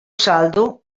saldo